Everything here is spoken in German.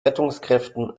rettungskräften